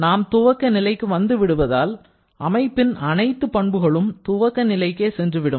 நாம் துவக்க நிலைக்கு வந்துவிடுவதால் அமைப்பின் அனைத்து பண்புகளும் துவக்க நிலைக்கே சென்றுவிடும்